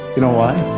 you know why?